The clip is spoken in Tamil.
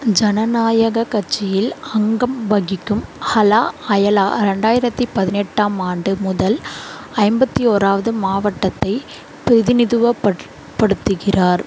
ஜனநாயகக் கட்சியில் அங்கம் வகிக்கும் ஹலா அயலா ரெண்டாயிரத்தி பதினெட்டாம் ஆண்டு முதல் ஐம்பத்தி ஓராவது மாவட்டத்தைப் பிரதிநிதித்துவப் படுத்துகிறார்